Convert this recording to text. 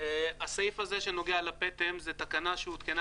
הסעיף הזה שנוגע לפטם זו תקנה שהותקנה